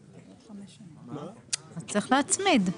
אז צריך להצמיד.